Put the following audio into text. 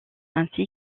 ainsi